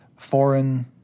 Foreign